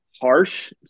harsh